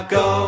go